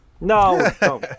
No